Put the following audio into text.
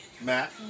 Matt